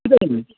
বুঝতে পারলেন